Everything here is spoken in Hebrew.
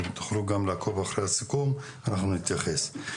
אתם תוכלו גם לעקוב אחרי הסיכום ואנחנו נתייחס.